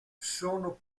sono